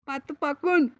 پتہٕ پکُن